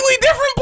different